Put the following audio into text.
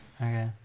Okay